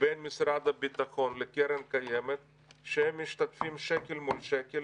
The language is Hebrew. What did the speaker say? בין משרד הביטחון לקרן הקיימת שהם ממשתתפים שקל מול שקל,